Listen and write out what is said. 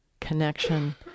connection